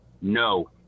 no